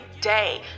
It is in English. day